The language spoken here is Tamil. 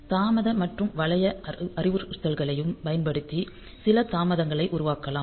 தாமத மற்றும் வளைய அறிவுறுத்தல்களையும் பயன்படுத்தி சில தாமதங்களை உருவாக்கலாம்